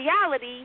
reality